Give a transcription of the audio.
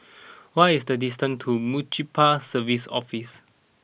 what is the distance to Municipal Services Office